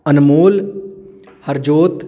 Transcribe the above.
Anmol Harjot